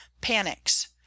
Panics